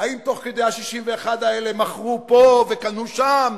האם תוך כדי ה-61 האלה מכרו פה וקנו שם,